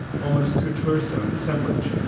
almost couture sewn assemblage.